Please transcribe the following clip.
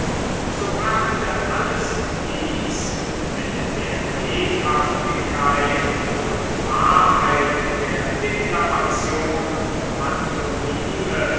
so brachte alles dies mit der lebhaftigkeit und wahrheit der declamation und pantomime